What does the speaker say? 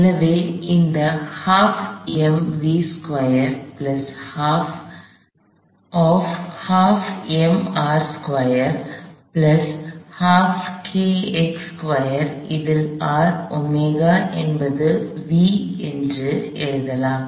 எனவே இதை ஹாப்அரை mv சுகுவேயர் ஹாப்அரை ஆப் ஹாப் mR சுகுவேயர் ஹாப்அரை kx சுகுவேயர் இதில் R ஒமேகா என்பது v என்று எழுதலாம்